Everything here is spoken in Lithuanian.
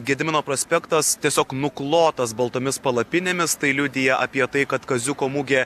gedimino prospektas tiesiog nuklotas baltomis palapinėmis tai liudija apie tai kad kaziuko mugė